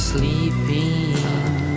Sleeping